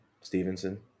Stevenson